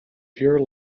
pure